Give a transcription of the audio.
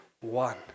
one